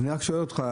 אני רק שואל אותך,